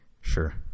sure